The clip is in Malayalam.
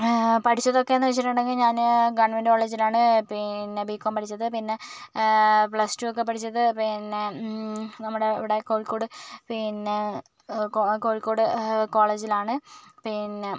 പഠിച്ചതൊക്കെന്നു വെച്ചിട്ടുണ്ടെങ്കിൽ ഞാന് ഗവൺമെൻ്റ് കോളേജിലാണ് പിന്നെ ബികോം പഠിച്ചത് പിന്നെ പ്ലസ് ടു ഒക്കെ പഠിച്ചത് പിന്നെ നമ്മുടെ ഇവിടെ കോഴിക്കോട് പിന്നെ കോഴിക്കോട് കോളേജിലാണ് പിന്നെ